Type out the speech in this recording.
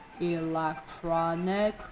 electronic